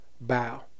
bow